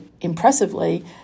impressively